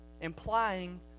implying